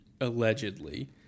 allegedly